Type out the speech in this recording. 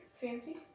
Fancy